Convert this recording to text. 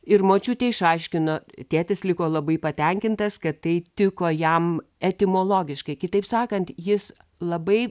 ir močiutė išaiškino tėtis liko labai patenkintas kad tai tiko jam etimologiškai kitaip sakant jis labai